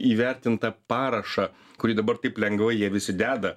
įvertint tą parašą kurį dabar taip lengvai jie visi deda